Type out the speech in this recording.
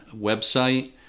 website